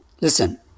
Listen